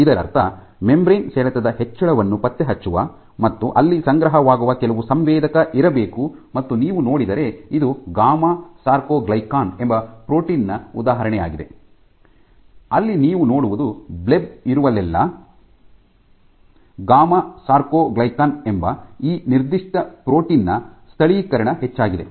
ಇದರರ್ಥ ಮೆಂಬರೇನ್ ಸೆಳೆತದ ಹೆಚ್ಚಳವನ್ನು ಪತ್ತೆಹಚ್ಚುವ ಮತ್ತು ಅಲ್ಲಿ ಸಂಗ್ರಹವಾಗುವ ಕೆಲವು ಸಂವೇದಕ ಇರಬೇಕು ಮತ್ತು ನೀವು ನೋಡಿದರೆ ಇದು ಗಾಮಾ ಸಾರ್ಕೊಗ್ಲೈಕಾನ್ ಎಂಬ ಪ್ರೋಟೀನ್ ನ ಉದಾಹರಣೆಯಾಗಿದೆ ಅಲ್ಲಿ ನೀವು ನೋಡುವುದು ಬ್ಲೇಬ್ ಇರುವಲ್ಲೆಲ್ಲಾ ಗಾಮಾ ಸಾರ್ಕೊಗ್ಲಿಕನ್ ಎಂಬ ಈ ನಿರ್ದಿಷ್ಟ ಪ್ರೋಟೀನ್ ನ ಸ್ಥಳೀಕರಣ ಹೆಚ್ಚಾಗಿದೆ